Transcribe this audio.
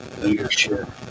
leadership